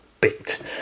bit